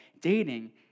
dating